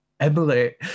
Emily